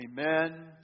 Amen